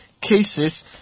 cases